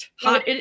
hot